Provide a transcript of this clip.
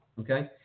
okay